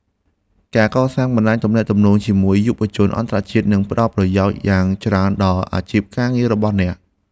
ការកសាងបណ្តាញទំនាក់ទំនងជាមួយយុវជនអន្តរជាតិនឹងផ្តល់ប្រយោជន៍យ៉ាងច្រើនដល់អាជីពការងាររបស់អ្នក។